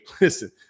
listen